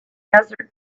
desert